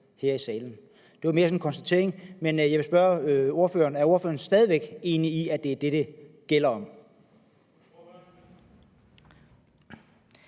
her i salen. Det var mere sådan en konstatering. Men jeg vil spørge ordføreren: Er ordføreren stadig væk enig i, at det er det, det gælder om?